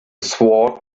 sword